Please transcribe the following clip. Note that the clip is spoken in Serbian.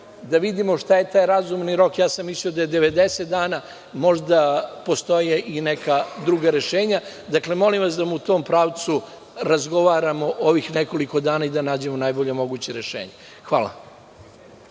da vidimo šta je taj razumni rok, mislio sam da je 90 dana, možda postoje i neka druga rešenja. Dakle, molim vas da u tom pravcu razgovaramo ovih nekoliko dana i da nađemo najbolje moguće rešenje. Hvala.